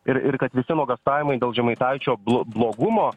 ir ir kad visi nuogąstavimai dėl žemaitaičio blogumo